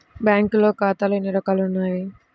బ్యాంక్లో ఖాతాలు ఎన్ని రకాలు ఉన్నావి?